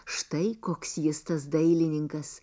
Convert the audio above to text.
štai koks jis tas dailininkas